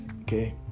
okay